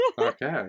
Okay